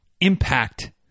impact